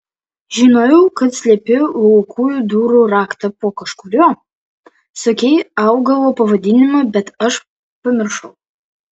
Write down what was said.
žinojau kad slepi laukujų durų raktą po kažkuriuo sakei augalo pavadinimą bet aš pamiršau